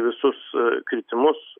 visus kritimus